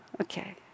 okay